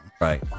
Right